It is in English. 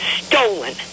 stolen